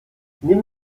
nimm